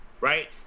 right